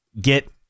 get